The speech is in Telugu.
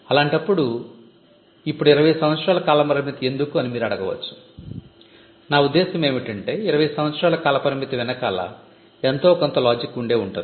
అలాంటప్పుడు ఇప్పుడు 20 సంవత్సరాలు కాల పరిమితి ఎందుకు అని మీరు అడగవచ్చు నా ఉద్దేశ్యం ఏమిటంటే 20 సంవత్సరాల కాల పరిమితి వెనకాల ఎంతో కొంత లాజిక్ ఉండే ఉంటుంది